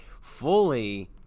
fully